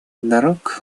друг